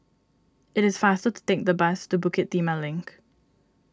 it is faster to take the bus to Bukit Timah Link